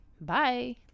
bye